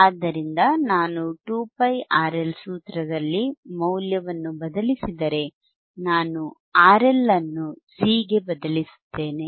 ಆದ್ದರಿಂದ ನಾನು 2πRL ಸೂತ್ರದಲ್ಲಿ ಮೌಲ್ಯವನ್ನು ಬದಲಿಸಿದರೆ ನಾನು RL ಅನ್ನು C ಗೆ ಬದಲಿಸುತ್ತೇನೆ